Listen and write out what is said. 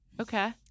Okay